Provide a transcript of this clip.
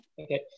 Okay